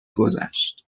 گذشت